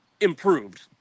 improved